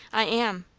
i am.